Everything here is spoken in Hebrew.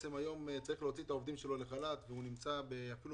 שהיום צריך להוציא את העובדים שלו לחל"ת והוא נמצא אפילו